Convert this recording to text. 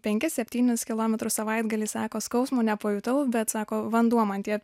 penkis septynis kilometrus savaitgalį sako skausmo nepajutau bet sako vanduo man tie